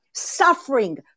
suffering